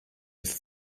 with